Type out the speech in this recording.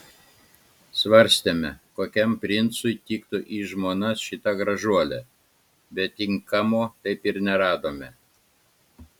svarstėme kokiam princui tiktų į žmonas šita gražuolė bet tinkamo taip ir neradome